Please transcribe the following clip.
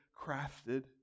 crafted